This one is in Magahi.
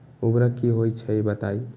उर्वरक की होई छई बताई?